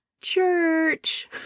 Church